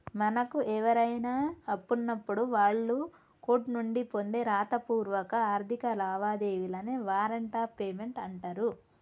మనకు ఎవరైనా అప్పున్నప్పుడు వాళ్ళు కోర్టు నుండి పొందే రాతపూర్వక ఆర్థిక లావాదేవీలనే వారెంట్ ఆఫ్ పేమెంట్ అంటరు